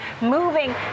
moving